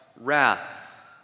wrath